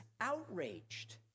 outraged